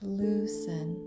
loosen